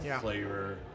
flavor